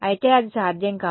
అయితే అది సాధ్యం కాదు